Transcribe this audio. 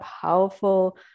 powerful